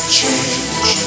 change